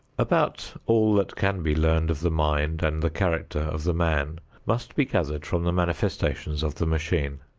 about all that can be learned of the mind and the character of the man must be gathered from the manifestation of the machine.